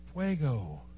Fuego